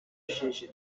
ishashi